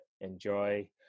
enjoy